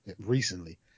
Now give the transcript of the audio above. Recently